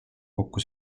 kokku